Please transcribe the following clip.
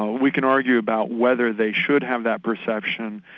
ah we can argue about whether they should have that perception,